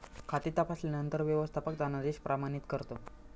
खाते तपासल्यानंतर व्यवस्थापक धनादेश प्रमाणित करतो